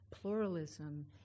Pluralism